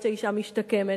עד שהאשה משתקמת,